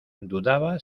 dudaba